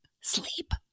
Sleep